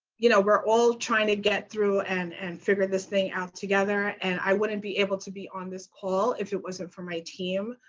you know, were all trying to get through and and figure this thing out together. and i wouldn't be able to be on this call if it wasn't for my team.